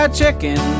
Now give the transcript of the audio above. chicken